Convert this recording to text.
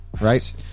right